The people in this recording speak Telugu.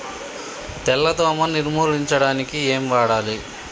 తెల్ల దోమ నిర్ములించడానికి ఏం వాడాలి?